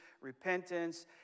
repentance